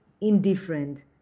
indifferent